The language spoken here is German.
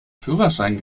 führerschein